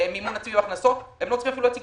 הם לא צריכים להציג